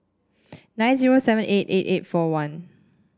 nine zero seven eight eight eight four one